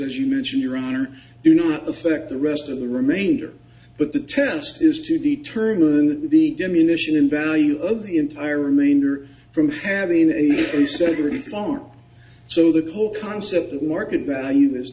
as you move to your honor do not affect the rest of the remainder but the test used to determine the diminishing in value of the entire remainder from having a reform so the whole concept of market value is